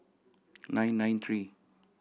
nine nine three